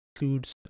includes